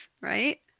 right